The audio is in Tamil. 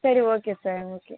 சரி ஓகே சார் ஓகே